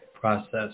process